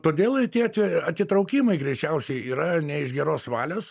todėl ir tie tie atitraukimai greičiausiai yra ne iš geros valios